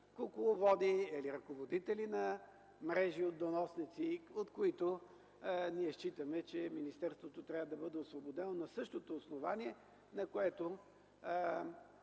кукловоди или ръководители на мрежи от доносници, от които ние считаме, че министерството трябва да бъде освободено на същото основание, на което